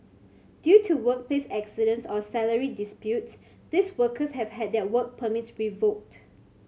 due to workplace accidents or salary disputes these workers have had their work permits revoked